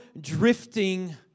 drifting